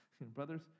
Brothers